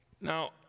Now